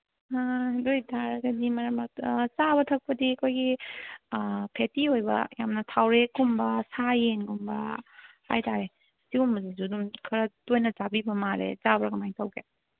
ꯑꯗꯨꯒꯤ ꯑꯣꯏꯕ ꯇꯥꯔꯒꯗꯤ ꯃꯔꯛ ꯃꯔꯛꯇ ꯆꯥꯕ ꯊꯛꯄꯗꯤ ꯑꯩꯈꯣꯏꯒꯤ ꯐꯦꯇꯤ ꯑꯣꯏꯕ ꯌꯥꯝꯅ ꯊꯥꯎꯔꯦꯛꯀꯨꯝꯕ ꯁꯥ ꯌꯦꯟꯒꯨꯝꯕ ꯍꯥꯏꯕ ꯇꯥꯔꯦ ꯁꯤꯒꯨꯝꯕꯁꯤꯁꯨ ꯑꯗꯨꯝ ꯈꯔ ꯇꯣꯏꯅ ꯆꯥꯕꯤꯕ ꯃꯥꯜꯂꯦ ꯆꯥꯕ꯭ꯔ ꯀꯃꯥꯏꯅ ꯇꯧꯕꯒꯦ